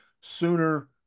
sooner